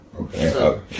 Okay